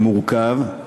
מורכב,